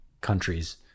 countries